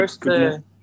first